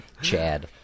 Chad